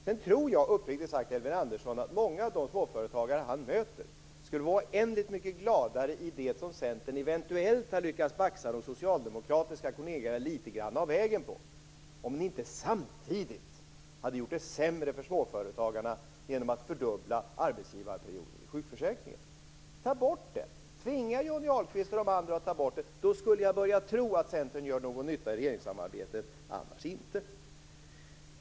Sedan tror jag uppriktigt sagt, Elving Andersson, att många av de småföretagare ni möter skulle vara oändligt mycket gladare för det som Centern eventuellt har lyckats baxa de socialdemokratiska kollegerna litet grand av vägen med, om ni inte samtidigt hade gjort det sämre för småföretagarna genom att fördubbla arbetsgivarperioden i sjukförsäkringen. Ta bort den! Tvinga Johnny Ahlqvist och de andra att ta bort den! Då skulle jag börja tro att Centern gör någon nytta i regeringssamarbetet, annars inte.